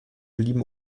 blieben